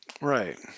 Right